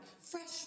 fresh